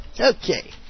Okay